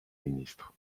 ministre